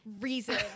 reason